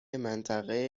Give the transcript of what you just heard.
منطقه